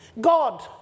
God